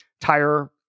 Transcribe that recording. tire